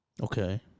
okay